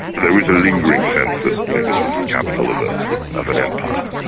there is a lingering sense that you know this was the capital of ah of an empire.